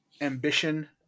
ambition